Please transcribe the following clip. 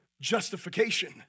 justification